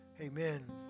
amen